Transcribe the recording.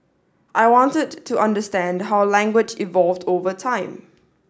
I wanted to understand how language evolved over time